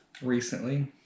Recently